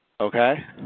Okay